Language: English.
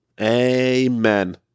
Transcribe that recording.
Amen